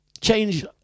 change